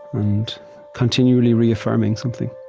and continually reaffirming something